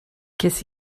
ces